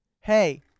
hey